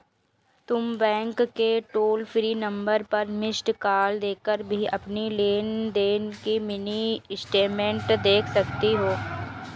तुम बैंक के toll free number पर मिस्ड कॉल देकर भी अपनी लेन देन की मिनी स्टेटमेंट देख सकती हो